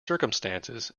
circumstances